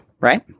Right